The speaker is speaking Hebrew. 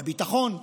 בביטחון,